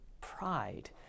pride